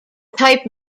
type